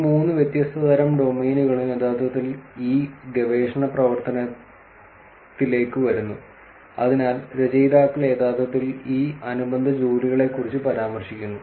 ഈ മൂന്ന് വ്യത്യസ്ത തരം ഡൊമെയ്നുകളും യഥാർത്ഥത്തിൽ ഈ ഗവേഷണ പ്രവർത്തനത്തിലേക്ക് വരുന്നു അതിനാൽ രചയിതാക്കൾ യഥാർത്ഥത്തിൽ ഈ അനുബന്ധ ജോലികളെക്കുറിച്ച് പരാമർശിക്കുന്നു